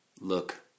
look